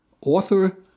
author